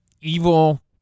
evil